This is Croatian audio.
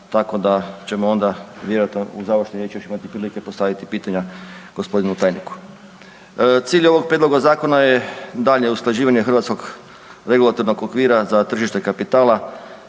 tako da ćemo onda vjerojatno u završnoj riječi još imati prilike postaviti pitanja g. tajniku. Cilj ovog prijedloga zakona je daljnje usklađivanje hrvatskog regulatornog okvira za tržište kapitala